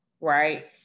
right